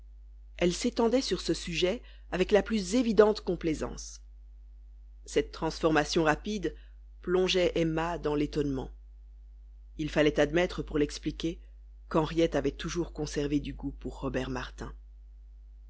elle s'étendait sur ce sujet avec la plus évidente complaisance cette transformation rapide plongeait emma dans l'étonnement il fallait admettre pour l'expliquer qu'henriette avait toujours conservé du goût pour robert martin